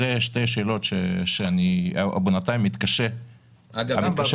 אלה שתי השאלות, שאני מתקשה לענות